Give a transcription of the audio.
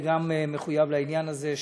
גם אני מחויב לעניין הזה,